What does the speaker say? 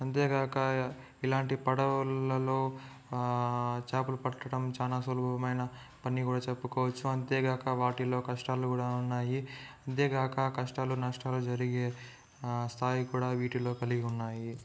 అంతేగాక ఇలాంటి పడవలలో చేపలు పట్టడం చాలా సులభమైన పని కూడా చెప్పుకోవచ్చు అంతేగాక వాటిలో కష్టాలు కూడా ఉన్నాయి అంతేగాక కష్టాలు నష్టాలు జరిగే స్థాయి కూడా వీటిలో కలిగి ఉన్నాయి